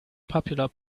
popular